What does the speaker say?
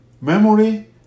memory